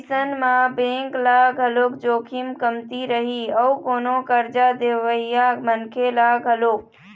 अइसन म बेंक ल घलोक जोखिम कमती रही अउ कोनो करजा देवइया मनखे ल घलोक